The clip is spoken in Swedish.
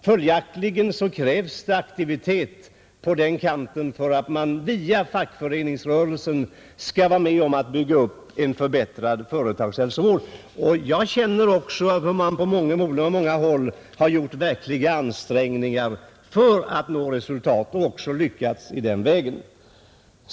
Följaktligen krävs det aktivitet av de anställda för att de via fackföreningsrörelsen skall få vara med om att bygga upp en förbättrad företagshälsovård. Jag vet att man på många håll har gjort verkliga ansträngningar för att nå resultat och också lyckats.